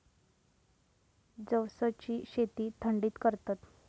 जवसची शेती थंडीत करतत